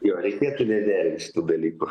jo reikėtų nedelst tų dalykų